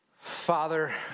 Father